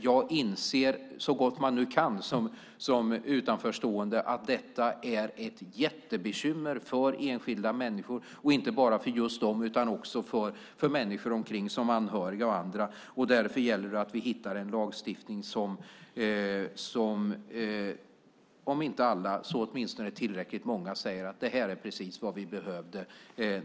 Jag inser - så gott man nu kan det som utanförstående - att detta är ett jättebekymmer för enskilda människor, och inte bara för just dem utan också för människor omkring dem, som anhöriga och andra. Därför gäller det att vi hittar en lagstiftning om vilken om inte alla så åtminstone tillräckligt många säger: Det här är precis vad vi behövde.